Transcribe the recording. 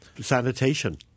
sanitation